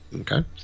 okay